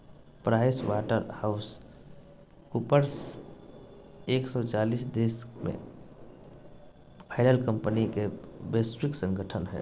price water house coopers एक सो चालीस देश में फैलल कंपनि के वैश्विक संगठन हइ